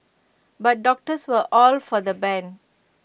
but doctors were all for the ban